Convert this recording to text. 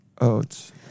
oats